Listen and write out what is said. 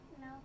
No